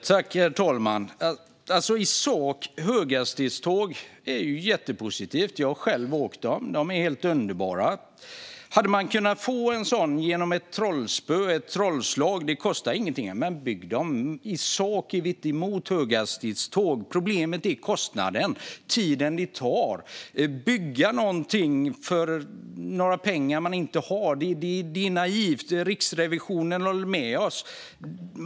Herr talman! I sak är det jättepositivt med höghastighetståg. Jag har åkt med höghastighetståg. De är helt underbara. Hade man kunnat få höghastighetståg genom att använda ett trollspö och utan att de kostar någonting hade man kunnat bygga dem. I sak är vi inte emot höghastighetståg. Problemet är kostnaden och den tid som det tar att färdigställa dem. Att bygga någonting för pengar som man inte har är naivt, och Riksrevisionen håller med oss.